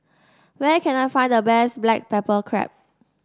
where can I find the best Black Pepper Crab